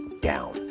down